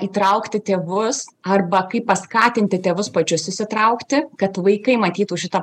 įtraukti tėvus arba kaip paskatinti tėvus pačius įsitraukti kad vaikai matytų šitą